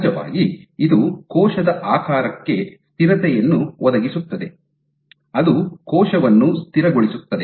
ಸಹಜವಾಗಿ ಇದು ಕೋಶದ ಆಕಾರಕ್ಕೆ ಸ್ಥಿರತೆಯನ್ನು ಒದಗಿಸುತ್ತದೆ ಅದು ಕೋಶವನ್ನು ಸ್ಥಿರಗೊಳಿಸುತ್ತದೆ